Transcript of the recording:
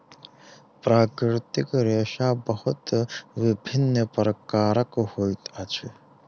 प्राकृतिक रेशा बहुत विभिन्न प्रकारक होइत अछि